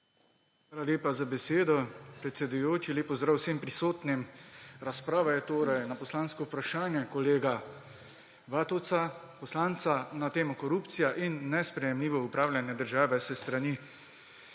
Hvala lepa za besedo, predsedujoči. Lep pozdrav vsem prisotnim! Razprava je torej na poslansko vprašanje kolega poslanca Vatovca na temo korupcije in nesprejemljivega upravljanje države s strani